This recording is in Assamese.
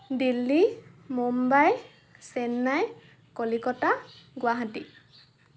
দিল্লী মুম্বাই চেন্নাই কলিকতা গুৱাহাটী